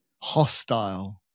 hostile